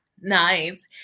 nice